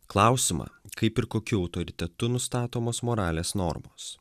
klausimą kaip ir kokiu autoritetu nustatomos moralės normos